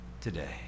today